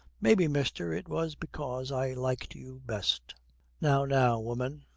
maybe, mister, it was because i liked you best now, now, woman